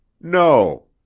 No